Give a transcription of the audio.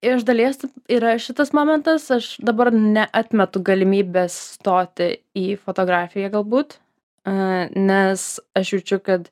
iš dalies yra šitas momentas aš dabar neatmetu galimybės stoti į fotografiją galbūt a nes aš jaučiu kad